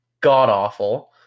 god-awful